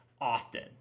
often